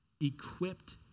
Equipped